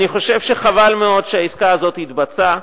אני חושב שחבל מאוד שהעסקה הזאת התבצעה.